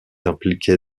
impliquée